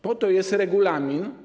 Po to jest regulamin.